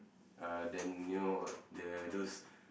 uh then you know the those